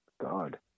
God